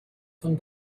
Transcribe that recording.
von